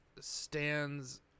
stands